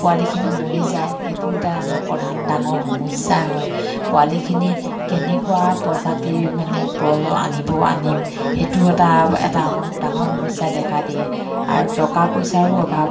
পোৱালিখিনি মৰি যায় সেইটো এটা আমাৰ প্ৰধান ডাঙৰ সমস্যা হয় পোৱালিখিনি কেনেকুৱা প্ৰজাতিৰ মানে আনিব আনিম সেইটো এটা এটা আমাৰ ডাঙৰ সমস্যাই দেখা দিয়ে আৰু টকা পইচাৰো অভাৱ